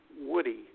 Woody